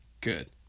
good